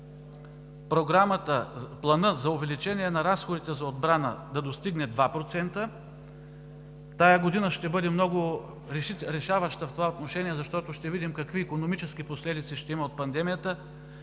се следва Планът за увеличение на разходите за отбрана да достигне 2%. Тази година ще бъде много решаваща в това отношение, защото ще видим какви икономически последици ще има от пандемията